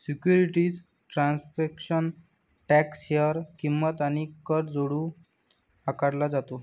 securities transaction tax share किंमत आणि कर जोडून आकारला जातो